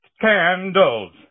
Candles